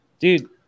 dude